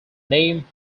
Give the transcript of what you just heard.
name